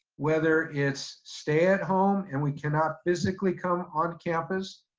whether it's stay at home and we cannot physically come on campus,